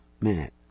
minute